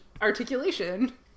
articulation